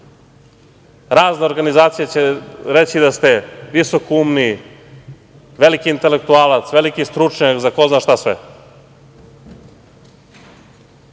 Razne organizacije će reći da ste visokoumni, veliki intelektualac, veliki stručnjak za ko zna šta